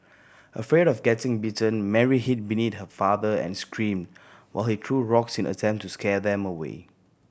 afraid of getting bitten Mary hid her father and screamed while he threw rocks in attempt to scare them away